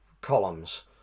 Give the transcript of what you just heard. columns